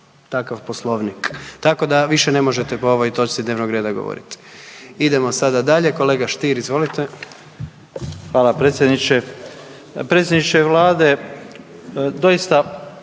takav Poslovnik tako da više ne možete po ovoj točci dnevnoga reda govoriti. Idemo sada dalje. Kolega Stier izvolite. **Stier, Davor Ivo (HDZ)** Hvala predsjedniče. Predsjedniče Vlade doista